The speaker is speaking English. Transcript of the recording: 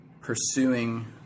pursuing